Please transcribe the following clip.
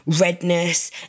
redness